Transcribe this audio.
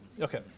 okay